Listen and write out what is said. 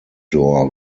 door